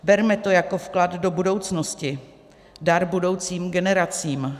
Berme to jako vklad do budoucnosti, dar budoucím generacím.